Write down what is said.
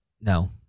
No